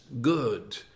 good